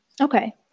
Okay